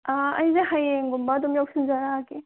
ꯑꯩꯁꯦ ꯍꯌꯦꯡꯒꯨꯝꯕ ꯑꯗꯨꯝ ꯌꯧꯁꯤꯟꯖꯔꯛꯂꯒꯦ